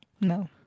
No